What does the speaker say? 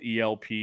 ELP